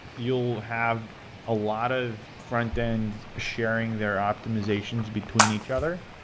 you'll have a lot of frontend sharing their optimizations between each other.